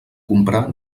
comprar